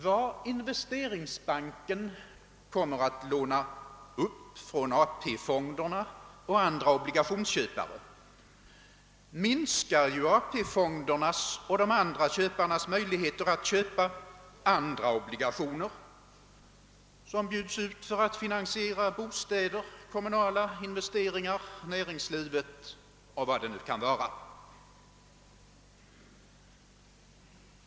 Vad investeringsbanken kommer att låna upp från AP-fonderna och andra obligationsköpare minskar ju AP-fondernas och de andra köparnas möjligheter att köpa andra obligationer som bjuds ut för att finansiera bostäder, kommunala investeringar, näringslivet och vad det nu kan vara.